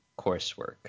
coursework